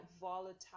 volatile